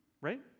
right